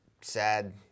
sad